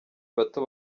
bato